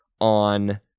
on